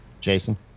Jason